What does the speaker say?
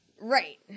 Right